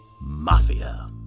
MAFIA